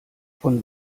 von